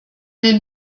den